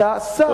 אתה שר.